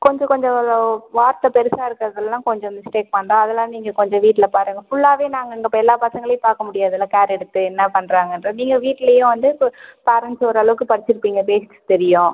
கொஞ்சம் கொஞ்சம் வார்த்தை பெருசாக இருக்கிறது எல்லாம் கொஞ்சம் மிஸ்டேக் பண்ணுறான் அதெல்லாம் நீங்கள் கொஞ்சம் வீட்டில் பாருங்கள் ஃபுல்லாகவே நாங்கள் இங்கே எல்லா பசங்களையும் பார்க்க முடியாதுல்ல கேர் எடுத்து என்ன பண்ணுறாங்கன்றத நீங்கள் வீட்டுலேயும் வந்து பேரன்ட்ஸ் ஓரளவுக்கு படித்திருப்பிங்க பேசிக்ஸ் தெரியும்